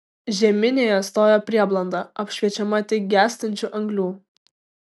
žeminėje stojo prieblanda apšviečiama tik gęstančių anglių